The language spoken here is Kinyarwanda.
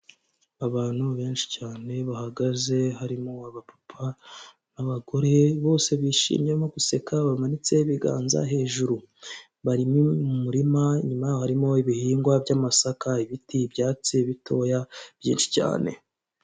Abantu benshi cyane bahagaze, harimo abapapa n'abagore bose bishimye, barimo guseka bamanitse biganza hejuru, bari mu murima inyuma harimo ibihingwa by'amasaka, ibiti, ibyatsi bitoya byinshi cyane.